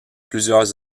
plusieurs